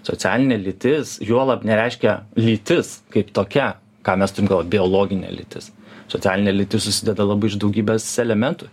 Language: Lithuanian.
socialinė lytis juolab nereiškia lytis kaip tokia ką mes turim galvoj biologinė lytis socialinė lytis susideda labai iš daugybės elementų